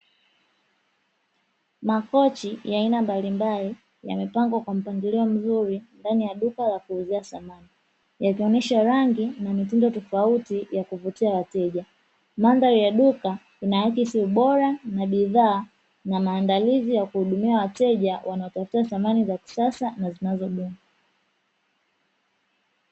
Makochi ya aina mbalimbali yamepangwa kwa mpangilio mzuri ndani ya duka la kuuzia samani, yakionyesha rangi na mitindo tofauti ya kuvutia wateja; mandhari ya duka inaakisi ubora wa bidhaa na maandalizi ya kuhudumia wateja wanaotafuta samani za kisasa na zinazodumu.